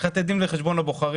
צריך לתת דין וחשבון לבוחרים.